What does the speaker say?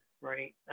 right